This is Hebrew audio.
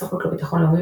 הסוכנות לביטחון לאומי,